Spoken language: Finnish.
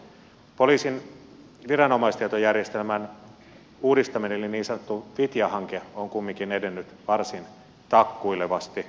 poliisin viranomaistietojärjestelmän uudistaminen eli niin sanottu vitja hanke on kumminkin edennyt varsin takkuilevasti